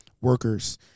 workers